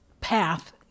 path